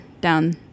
down